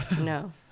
No